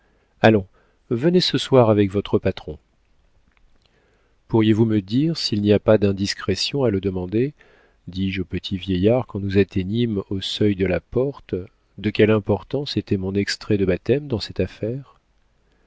allons venez ce soir avec votre patron pourriez-vous me dire s'il n'y a pas d'indiscrétion à le demander dis-je au petit vieillard quand nous atteignîmes au seuil de la porte de quelle importance était mon extrait de baptême dans cette affaire